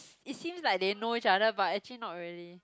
it seems like they know each other but actually not really